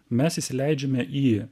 mes įsileidžiame į